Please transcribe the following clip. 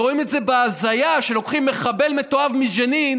ורואים את זה בהזיה שלוקחים מחבל מתועב מג'נין